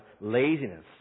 laziness